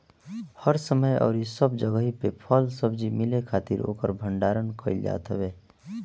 हर समय अउरी सब जगही पे फल सब्जी मिले खातिर ओकर भण्डारण कईल जात हवे